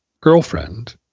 girlfriend